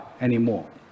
anymore